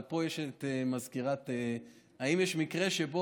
אבל פה נמצאת המזכירה: האם יש מקרה שבו